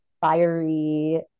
fiery